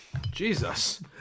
Jesus